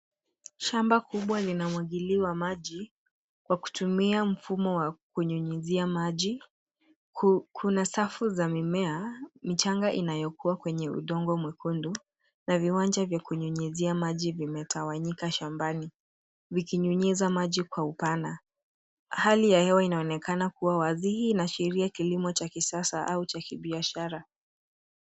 Shamba kubwa linamwagiliwa maji kwa kutumia mfumo wa kunyunyizia maji. Kuna safu za mimea michanga inayokua kwenye udongo mwekundu na viwanja vya kunyunyizia maji vimetawanyika shambani, vikinyunyiza maji kwa upana. Hali ya hewa inaonekana kuwa wazi, hii inaashiria kilimo cha kisasa au cha kibiashara.